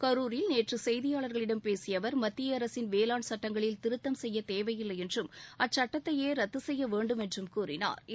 கரூரில் நேற்று செய்தியாளர்களிடம் பேசிய அவர் மத்திய அரசின் வேளாண் சட்டங்களில் திருத்தம் செய்ய தேவையில்லை என்றும் அச்சுட்டத்தையே ரத்து செய்ய வேண்டும் என்றும் கூறினாா்